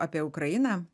apie ukrainą